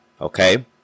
Okay